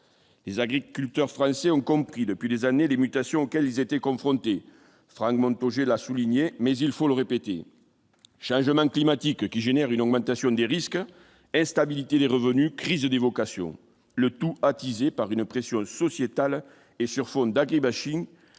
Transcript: les agriculteurs français ont compris depuis des années, les mutations auxquelles ils étaient confrontés, fragments de projet, a souligné, mais il faut le répéter, changement climatique, qui génère une augmentation des risques et stabilité des revenus, crise des vocations, le tout attisé par une pression sociétale et sur fond d'Agay bashing